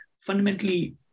fundamentally